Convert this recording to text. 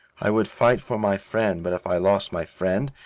i would fight for my friend, but if i lost my friend,